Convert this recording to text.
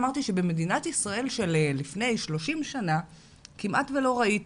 אמרתי שבמדינת ישראל של לפני 30 שנה כמעט ולא ראית